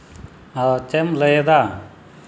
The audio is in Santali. ᱟᱨ ᱪᱮᱫ ᱮᱢ ᱞᱟᱹᱭ ᱮᱫᱟ